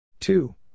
Two